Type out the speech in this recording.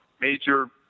major